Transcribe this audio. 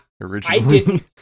originally